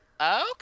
okay